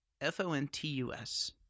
F-O-N-T-U-S